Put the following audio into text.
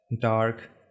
dark